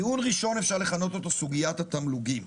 ראשון, ניתן לכנות אותו סוגית התמלוגים.